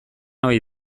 ohi